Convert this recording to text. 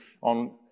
on